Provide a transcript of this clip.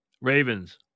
Ravens